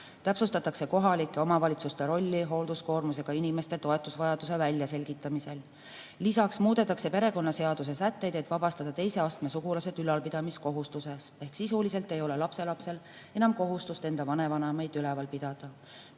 täpsustatakse kohalike omavalitsuste rolli hoolduskoormusega inimeste toetusvajaduse väljaselgitamisel. Lisaks muudetakse perekonnaseaduse sätteid, et vabastada teise astme sugulased ülalpidamiskohustusest. Ehk sisuliselt ei ole lapselapsel enam kohustust enda vanavanemaid üleval pidada.